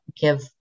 give